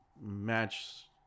match